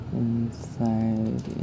inside